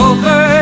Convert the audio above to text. Over